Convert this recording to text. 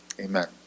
Amen